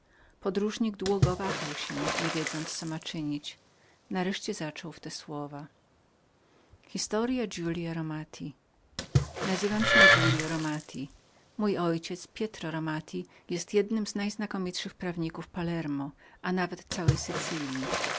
podróżny długo wahał się niewiedząc co ma czynić nareszcie zaczął w te słowa nazywam się giulio romati mój ojciec pietro romati jest jednym z najznakomitszych prawników palerma a nawet całej sycylji